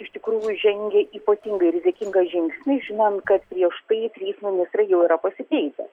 iš tikrųjų žengė ypatingai rizikingą žingsnį žinant kad prieš tai trys ministrai jau yra pasikeitę